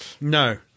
No